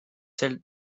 celle